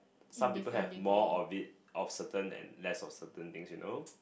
some people have more of it of certain and less of certain things you know